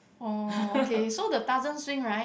oh okay so the Tarzan swing right